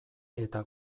eta